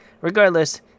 regardless